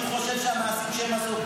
אני פשוט חושב שהמעשים שהם עשו,